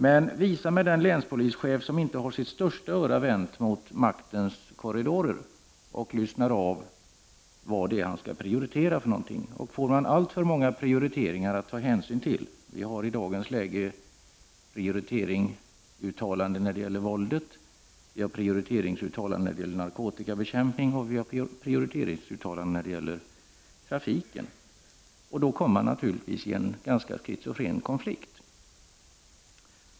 Men visa mig den länspolischef som inte har sitt största öra vänt mot maktens korridorer och lyssnar av vad det är för någonting han skall prioritera! Får man alltför många prioriteringar att ta hänsyn till — i dagens läge finns det prioriteringsuttalanden när det gäller våldet, när det gäller narkotikabekämpningen och när det gäller trafiken — kommer man naturligtvis i en ganska schizofren konflikt.